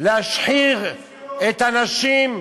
להשחיר את הנשים,